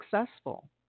successful